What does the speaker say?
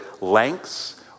lengths